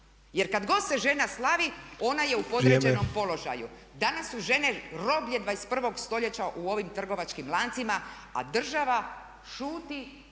Jer kada god se žena slavi ona je u podređenom položaju. Danas su žene roblje 21. stoljeća u ovim trgovačkim lancima a država šuti